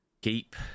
keep